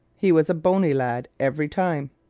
he was a bony lad every time.